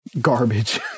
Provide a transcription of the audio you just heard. garbage